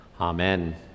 amen